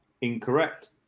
Incorrect